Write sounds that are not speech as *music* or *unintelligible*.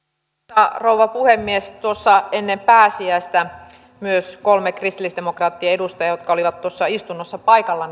arvoisa rouva puhemies ennen pääsiäistä myös kolme kristillisdemokraattien edustajaa jotka olivat istunnossa paikalla *unintelligible*